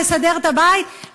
לסדר את הבית,